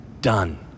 Done